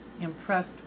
impressed